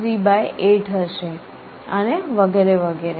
38 હશે અને વગેરે વગેરે